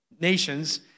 nations